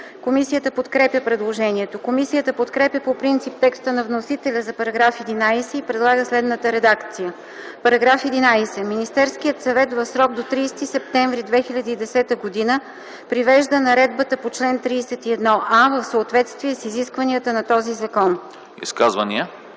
Комисията подкрепя предложението. Комисията подкрепя по принцип текста на вносителя за § 11 и предлага следната редакция: „§ 11. Министерският съвет в срок до 30 септември 2010 г. привежда наредбата по чл. 31а в съответствие с изискванията на този закон.”